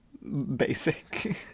basic